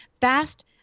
fast